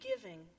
giving